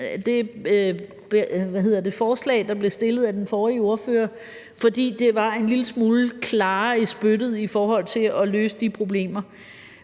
det forslag, der blev stillet af den forrige ordfører, fordi det var en lille smule klarere i spyttet i forhold til at løse de problemer.